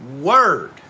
Word